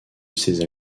ces